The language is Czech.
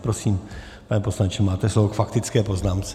Prosím, pane poslanče, máte slovo k faktické poznámce.